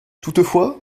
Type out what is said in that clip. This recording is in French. toutefois